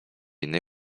innej